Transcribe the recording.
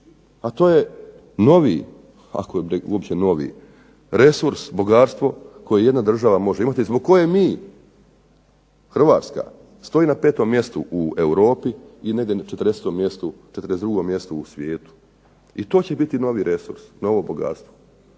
A to je novi, ako je uopće novi resurs bogatstvo koje jedna država može imati, zbog koje mi Hrvatska stoji na petom mjestu u Europi i negdje 45 mjestu u svijetu, i to će biti novo bogatstvo.